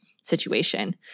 situation